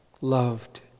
loved